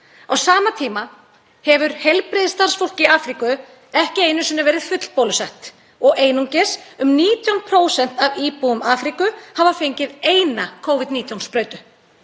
Á sama tíma hefur heilbrigðisstarfsfólk í Afríku ekki einu sinni verið fullbólusett og einungis um 19% af íbúum Afríku hafa fengið eina Covid-19 sprautu.